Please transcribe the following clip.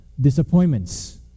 disappointments